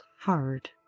hard